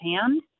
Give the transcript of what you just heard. hand